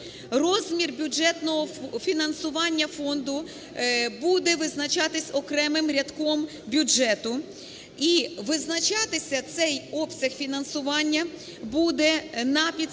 Розмір бюджетного фінансування фонду буде визначатись окремим рядком бюджету. І визначатися цей обсяг фінансування буде на підставі